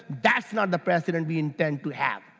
that's not the president we intend to have,